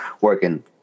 working